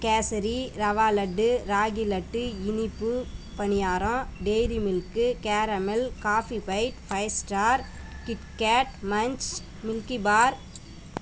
கேசரி ரவாலட்டு ராகிலட்டு இனிப்பு பணியாரம் டெய்ரிமில்க்கு caramel coffee bite five star KitKat Manch Milkybar